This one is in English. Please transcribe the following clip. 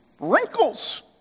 Wrinkles